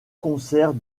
concert